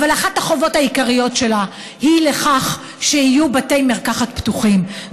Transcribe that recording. אבל אחת החובות העיקריות שלה היא שיהיו בתי מרקחת פתוחים,